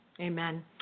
Amen